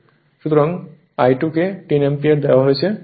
সুতরাং I2 কে 10 ampere দেওয়া হয়েছে